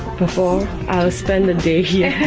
before i'll spend the day here